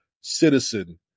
citizen